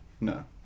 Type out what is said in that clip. No